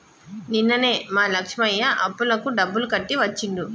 నిన్ననే మా లక్ష్మయ్య అప్పులకు డబ్బులు కట్టి వచ్చిండు